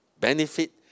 benefit